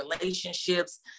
relationships